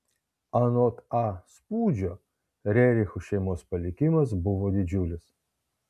anot a spūdžio rerichų šeimos palikimas buvo didžiulis